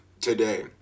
today